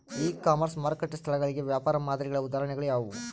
E commerce ಮಾರುಕಟ್ಟೆ ಸ್ಥಳಗಳಿಗೆ ವ್ಯಾಪಾರ ಮಾದರಿಗಳ ಉದಾಹರಣೆಗಳು ಯಾವುವು?